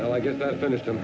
well i guess i finished